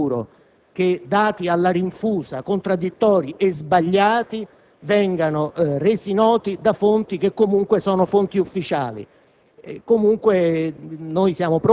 come sia il caso di evitare, in futuro, che dati alla rinfusa, contraddittori e sbagliati, vengano resi noti da fonti che, comunque, sono ufficiali.